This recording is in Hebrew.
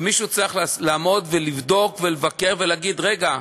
ומישהו צריך לעמוד ולבדוק ולבקר, ולהגיד: רגע,